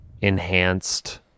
enhanced